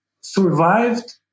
survived